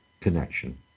connection